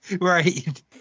Right